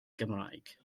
gymraeg